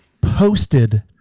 posted